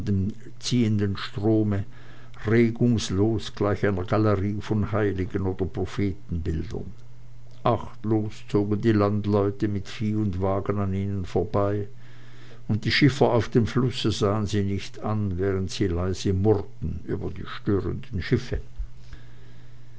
ziehenden strome regungslos gleich einer galerie von heiligen oder prophetenbildern achtlos zogen die landleute mit vieh und wagen an ihnen vorüber und die schiffer auf dem flusse sahen sie nicht an während sie leise murrten über die störenden schiffe